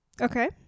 Okay